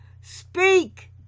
speak